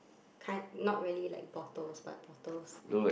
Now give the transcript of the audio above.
kind not really like bottles but bottles